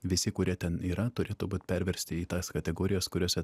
visi kurie ten yra turėtų būt perversti į tas kategorijas kuriose